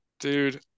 Dude